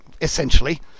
essentially